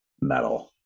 metal